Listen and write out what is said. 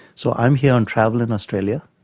so i'm here on travel in australia,